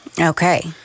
Okay